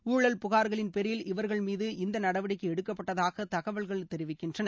ஊழல் புகார்களின் பேரில் இவர்கள்மீது இந்த நடவடிக்கை எடுக்கப்பட்டதாக தகவல்கள் தெரிவிக்கின்றன